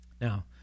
Now